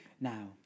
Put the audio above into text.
now